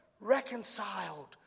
Reconciled